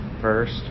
first